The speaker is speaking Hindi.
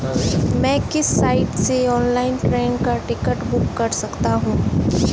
मैं किस साइट से ऑनलाइन ट्रेन का टिकट बुक कर सकता हूँ?